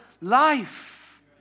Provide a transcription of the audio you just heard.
life